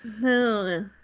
No